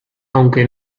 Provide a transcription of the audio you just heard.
aunque